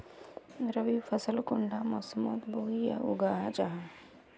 रवि फसल कुंडा मोसमोत बोई या उगाहा जाहा?